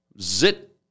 zit